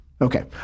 Okay